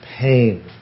pain